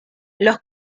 los